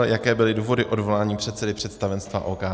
Jaké byly důvody odvolání předsedy představenstva OKD?